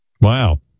wow